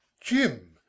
Jim